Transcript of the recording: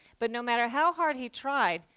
but no matter how hard he tried,